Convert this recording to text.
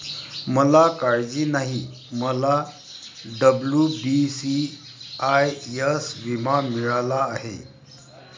मला काळजी नाही, मला डब्ल्यू.बी.सी.आय.एस विमा मिळाला आहे